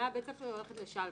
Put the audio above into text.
מבית הספר היא הולכת ל"שלוה".